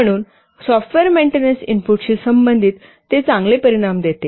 म्हणून software maintenance इनपुटशी संबंधित ते चांगले परिणाम देते